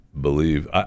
believe